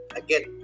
again